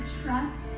trust